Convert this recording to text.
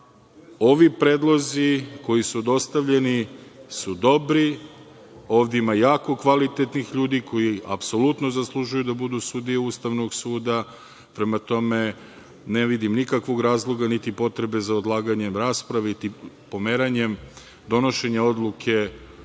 ovi predlozi koji su dostavljeni dobri. Ovde ima jako kvalitetnih ljudi koji apsolutno zaslužuju da budu sudije Ustavnog suda. Prema tome, ne vidim nikakvog razloga, niti potrebe za odlaganjem rasprave, niti pomeranjem donošenja odluke